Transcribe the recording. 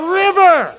river